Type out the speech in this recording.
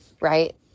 right